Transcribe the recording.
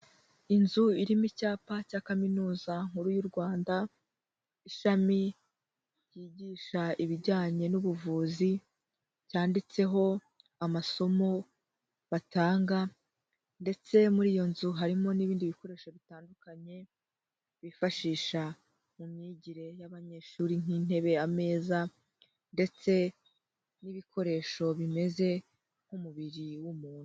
Inzu irimo icyapa cya kaminuza nkuru y'u Rwanda ishami ryigisha ibijyanye n'ubuvuzi cyanditseho amasomo batanga ndetse muri iyo nzu harimo n'ibindi bikoresho bitandukanye bifashisha mu myigire y'abanyeshuri nk'intebe, ameza ndetse n'ibikoresho bimeze nk'umubiri w'umuntu.